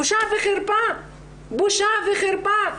בושה וחרפה, בושה וחרפה.